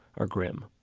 are grim.